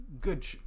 good